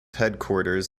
headquarters